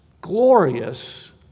glorious